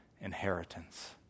inheritance